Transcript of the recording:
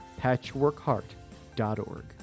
patchworkheart.org